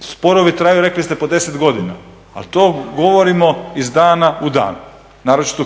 Sporovi traju, rekli ste, po 10 godina, ali to govorimo iz dana u dan, naročito